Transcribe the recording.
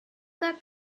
that